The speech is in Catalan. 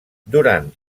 durant